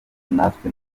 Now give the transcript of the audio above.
natwe